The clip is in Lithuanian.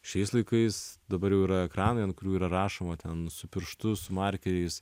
šiais laikais dabar jau yra ekranai ant kurių yra rašoma ten su pirštu su markeriais